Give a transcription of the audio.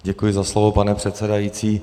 Děkuji za slovo, pane předsedající.